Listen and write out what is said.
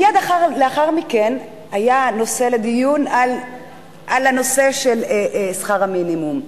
מייד לאחר מכן היה דיון בנושא שכר המינימום.